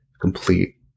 complete